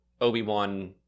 Obi-Wan